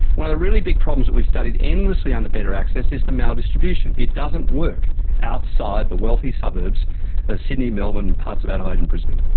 one of the really big problems that we've studied endlessly under better access is the maldistribution, it doesn't work outside the wealthy suburbs of sydney, melbourne, parts of adelaide and brisbane.